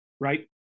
right